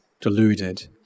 deluded